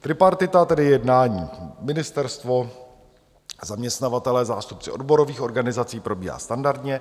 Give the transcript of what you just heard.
Tripartita, tedy jednání ministerstvo, zaměstnavatelé, zástupci odborových organizací, probíhá standardně.